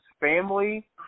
Family